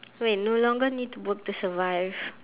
wait no longer need to work to survive